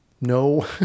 No